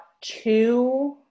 two